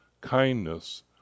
kindness